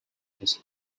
his